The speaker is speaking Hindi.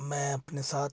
मैं अपने साथ